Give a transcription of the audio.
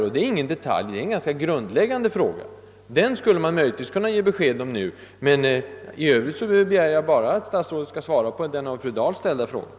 Detta är ingen detalj, utan en grundläggande sak där man rimligtvis skulle kunna lämna ett besked redan nu. I övrigt begär jag bara att statsrådet skall svara på den av fru Dahl ställda frågan.